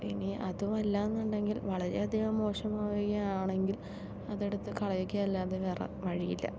ഇനി അതുമല്ലന്നുണ്ടങ്കിൽ വളരെയധികം മോശമാവുകയാണെങ്കിൽ അതെടുത്ത് കളയുകയല്ലാതെ വേറെ വഴിയില്ല